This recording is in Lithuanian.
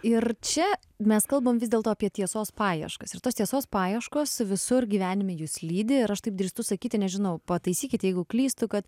ir čia mes kalbam vis dėlto apie tiesos paieškas ir tos tiesos paieškos visur gyvenime jus lydi ir aš taip drįstu sakyti nežinau pataisykit jeigu klystu kad